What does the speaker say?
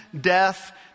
death